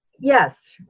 Yes